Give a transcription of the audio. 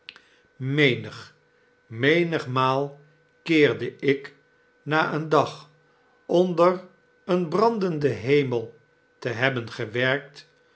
menig menigmaal keerde ik na een dag onder een brandenden hemel te hebben gewerkt